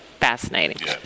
fascinating